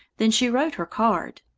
then she wrote her card.